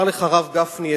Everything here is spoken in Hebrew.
אמר לך הרב גפני,